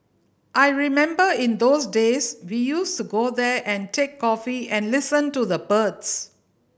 I remember in those days we used to go there and take coffee and listen to the birds